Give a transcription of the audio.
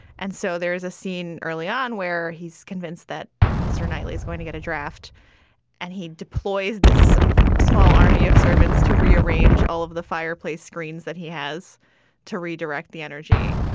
and so there's a scene early on where he's convinced that mr knightley is going to get a draft and he deploys this small army of servants to rearrange all of the fireplace screens that he has to redirect the energy.